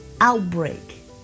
outbreak